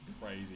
crazy